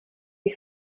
ich